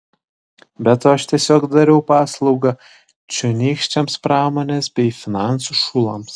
be to aš tiesiog dariau paslaugą čionykščiams pramonės bei finansų šulams